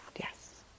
Yes